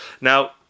Now